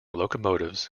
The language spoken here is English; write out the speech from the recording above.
locomotives